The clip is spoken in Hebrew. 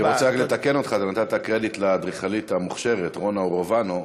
אני רוצה רק לתקן אותך: אתה נתת קרדיט לאדריכלית המוכשרת רונה אורובנו,